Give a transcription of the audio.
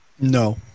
No